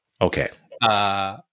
Okay